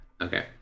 Okay